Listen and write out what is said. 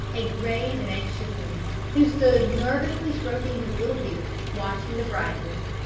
a grave and anxious man, who stood nervously stroking his little beard, watching the bridegroom.